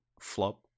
flop